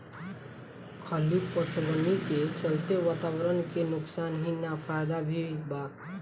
खली पटवनी के चलते वातावरण के नुकसान ही ना फायदा भी बा